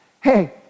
Hey